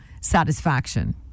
satisfaction